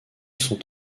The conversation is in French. sont